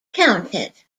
counted